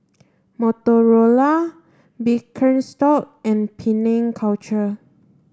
Motorola Birkenstock and Penang Culture